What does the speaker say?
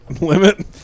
limit